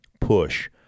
push